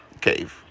cave